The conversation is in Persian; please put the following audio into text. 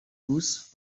بوس